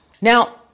Now